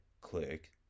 click